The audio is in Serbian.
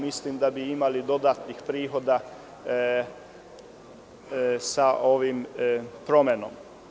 Mislim da bi imali dodatnih prihoda sa ovom promenom.